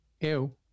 Ew